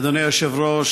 אדוני היושב-ראש,